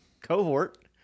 Cohort